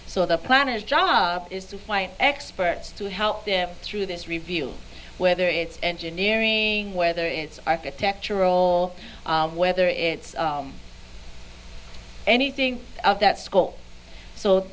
so the plan is job is to fly experts to help them through this review whether it's engineering whether it's architectural whether it's anything of that school so